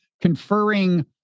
conferring